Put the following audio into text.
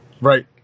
Right